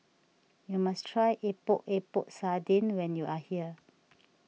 you must try Epok Epok Sardin when you are here